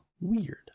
weird